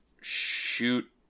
shoot